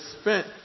spent